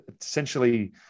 essentially